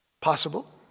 Possible